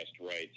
rights